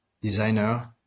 designer